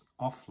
offline